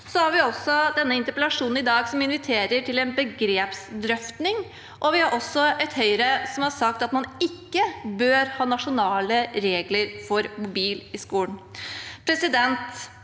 denne interpellasjonen i dag til en begrepsdrøfting. Vi har også et Høyre som har sagt at man ikke bør ha nasjonale regler for mobil i skolen.